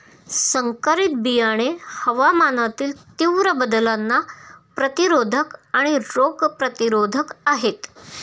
संकरित बियाणे हवामानातील तीव्र बदलांना प्रतिरोधक आणि रोग प्रतिरोधक आहेत